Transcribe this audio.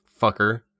fucker